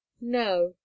No